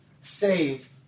save